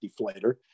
deflator